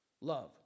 love